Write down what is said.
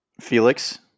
felix